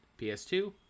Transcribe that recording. PS2